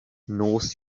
north